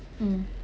mm